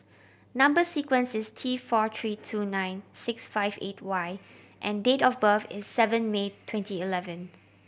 number sequence is T four tree two nine six five eight Y and date of birth is seven May twenty eleven